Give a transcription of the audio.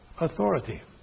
authority